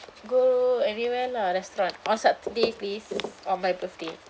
go anywhere lah restaurant on saturday please on my birthday